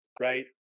right